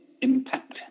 impact